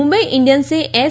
મુંબઈ ઈન્ડિયન્સે એસ